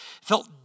felt